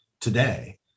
today